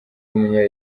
w’umunya